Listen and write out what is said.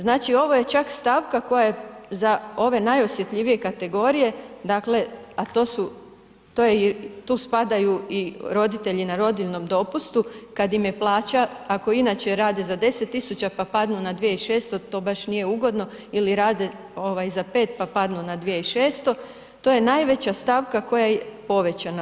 Znači ovo je čak stavka koja je za ove najosjetljivije kategorije, dakle a tu spadaju roditelji na rodiljnom dopustu, kad im je plaća ako inače rade za 10 000 pa padnu na 2600, to baš nije ugodno ili rade za 5 pa padnu na 2600, to je najveća stavka koja je povećana.